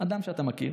אדם שאתה מכיר,